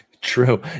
True